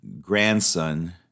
grandson